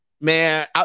man